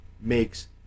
makes